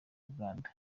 uganda